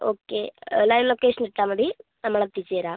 okay live location ഇട്ടാൽമതി നമ്മൾ എത്തിച്ചു തരാം